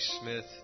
Smith